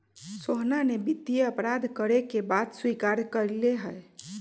सोहना ने वित्तीय अपराध करे के बात स्वीकार्य कइले है